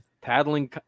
paddling